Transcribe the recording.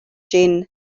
jin